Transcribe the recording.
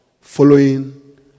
following